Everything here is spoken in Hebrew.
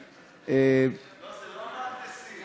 אני, לא, זה לא המהנדסים.